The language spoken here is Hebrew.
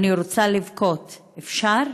אני רוצה לבכות, אפשר?